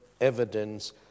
evidence